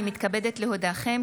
הינני מתכבדת להודיעכם,